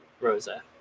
Rosa